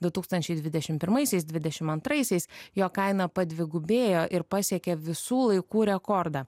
du tūkstančiai dvidešim pirmaisiais dvidešim antraisiais jo kaina padvigubėjo ir pasiekė visų laikų rekordą